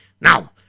Now